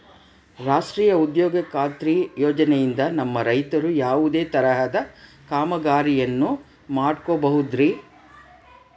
ರಾಷ್ಟ್ರೇಯ ಉದ್ಯೋಗ ಖಾತ್ರಿ ಯೋಜನೆಯಿಂದ ನಮ್ಮ ರೈತರು ಯಾವುದೇ ತರಹದ ಕಾಮಗಾರಿಯನ್ನು ಮಾಡ್ಕೋಬಹುದ್ರಿ?